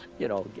you know,